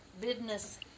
Business